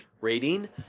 Rating